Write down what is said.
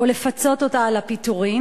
או לפצות אותה על הפיטורים,